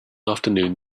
afternoon